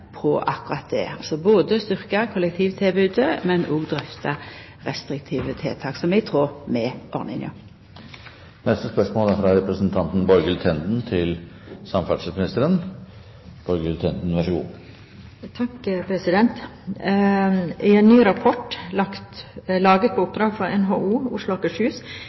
akkurat det, altså både styrkja kollektivtilbodet og drøfta restriktive tiltak som er i tråd med ordninga. «En ny rapport laget på oppdrag for NHO Oslo og Akershus viser at den viktige jernbanestrekningen mellom Oslo og Ski kan stå ferdig i